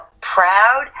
proud